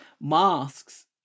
masks